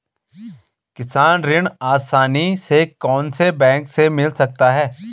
किसान ऋण आसानी से कौनसे बैंक से मिल सकता है?